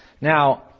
Now